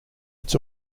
its